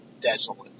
desolate